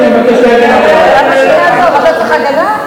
גברתי, אני מבקש, אתה צריך הגנה?